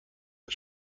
بود